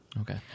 Okay